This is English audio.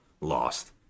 Lost